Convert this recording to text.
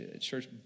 Church